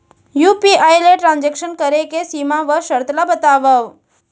UPI ले transaction करे के सीमा व शर्त ला बतावव?